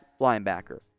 linebacker